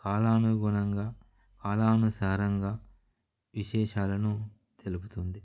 కాలానుగుణంగా కాలానుసారంగా విశేషాలను తెలుపుతుంది